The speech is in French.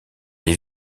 les